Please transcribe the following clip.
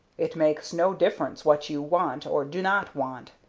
it makes no difference what you want or do not want,